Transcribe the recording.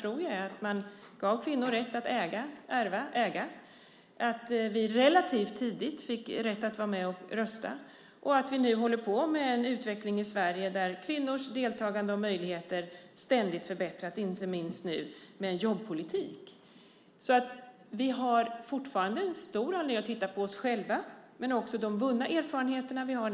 tror jag är att man gav kvinnor rätt att äga och ärva, att vi relativt tidigt fick rätt att vara med och rösta och att vi nu håller på med en utveckling i Sverige där kvinnors deltagande och möjligheter ständigt förbättras, inte minst nu med jobbpolitiken. Vi har alltså historien, när vi tittar på oss själva, men också de vunna erfarenheter vi har.